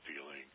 feeling